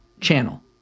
channel